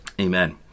Amen